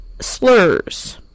slurs